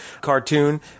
cartoon